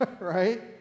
right